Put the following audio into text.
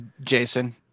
Jason